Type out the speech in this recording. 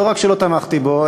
לא רק שלא תמכתי בו,